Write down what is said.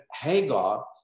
Hagar